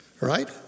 right